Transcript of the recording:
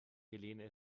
helene